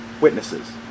witnesses